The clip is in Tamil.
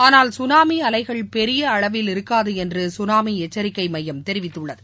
ஆனால் குனாமி அலைகள் பெரிய அளவில் இருக்காது என்று குனாமி எச்சிக்கை மையம் தெரிவித்துள்ளது